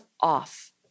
off